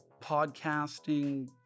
podcasting